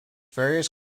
various